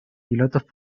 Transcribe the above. pilotos